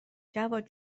جواد